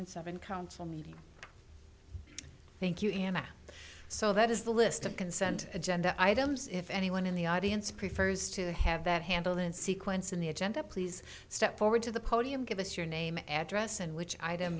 and seven council meeting thank you and so that is the list of consent agenda items if anyone in the audience prefers to have that handle in sequence in the agenda please step forward to the podium give us your name address and which item